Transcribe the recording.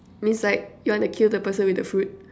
means like you wanna kill the person with the food